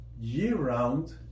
year-round